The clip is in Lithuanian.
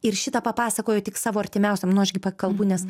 ir šitą papasakojo tik savo artimiausiam nu aš gi pa kalbu nes